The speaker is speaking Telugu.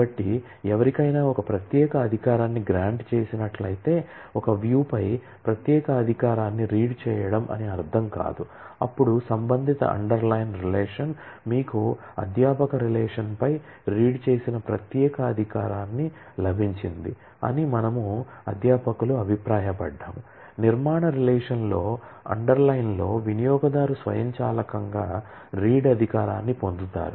కాబట్టి ఎవరికైనా ఒక ప్రత్యేక అధికారాన్ని గ్రాంట్ అధికారాన్ని పొందుతారు